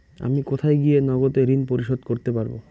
আমি কোথায় গিয়ে নগদে ঋন পরিশোধ করতে পারবো?